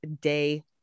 Day